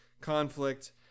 conflict